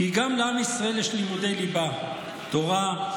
כי גם לעם ישראל יש לימודי ליבה: תורה,